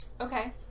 Okay